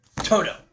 Toto